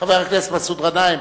חבר הכנסת מסעוד גנאים.